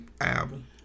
album